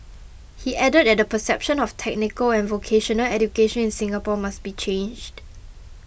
he added that the perception of technical and vocational education in Singapore must be changed